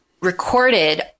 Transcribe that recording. recorded